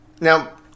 Now